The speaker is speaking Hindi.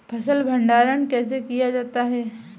फ़सल भंडारण कैसे किया जाता है?